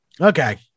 Okay